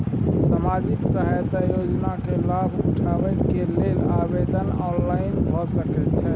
सामाजिक सहायता योजना के लाभ के लेल आवेदन ऑनलाइन भ सकै छै?